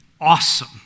awesome